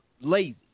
lazy